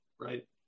right